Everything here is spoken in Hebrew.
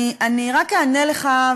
אני רק אענה לך,